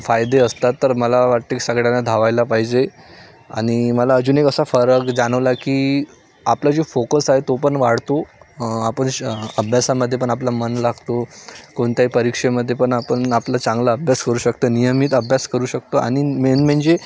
फायदे असतात तर मला वाटते सगळ्यांना धावायला पाहिजे आणि मला अजून एक असा फरक जाणवला की आपला जो फोकस आहे तो पण वाढतो आपण श अभ्यासामध्ये पण आपला मन लागतो कोणत्याही परीक्षेमध्ये पण आपण आपला चांगला अभ्यास करू शकतो नियमित अभ्यास करू शकतो आणि मेन म्हणजे